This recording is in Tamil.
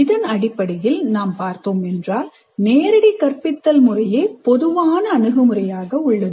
இதன் அடிப்படையில் நாம் பார்த்தோமென்றால் நேரடி கற்பித்தல் முறையே பொதுவான அணுகுமுறையாக உள்ளது